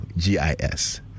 GIS